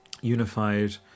unified